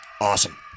Awesome